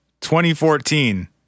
2014